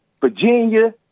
Virginia